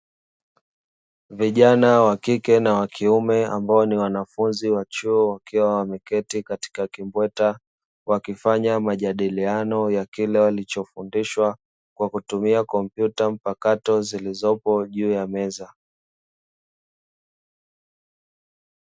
Vijana wa kike na wa kiume ambao ni wanafunzi wa chuo wakiwa wameketi katika kimbweta, wakifanya majadiliano ya kile walichofundishwa kwa kutumia kompyuta mpakato zilizopo juu ya meza.